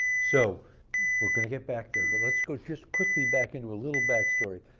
so we're going to get back there, but let's go just quickly back into a little back story.